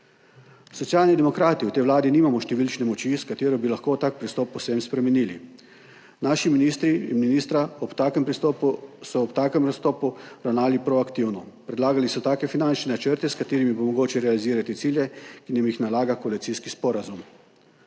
Socialni demokrati v tej vladi nimamo številčne moči, s katero bi lahko tak pristop povsem spremenili. Naši ministri so ob takem pristopu ravnali proaktivno. Predlagali so take finančne načrte, s katerimi bo mogoče realizirati cilje, ki nam jih nalaga koalicijski sporazum.